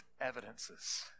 evidences